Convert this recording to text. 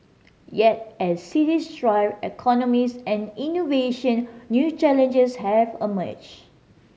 yet as cities drive economies and innovation new challenges have emerged